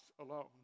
alone